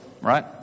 right